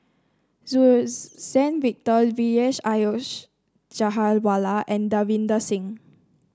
Suzann Victor Vijesh Ashok Ghariwala and Davinder Singh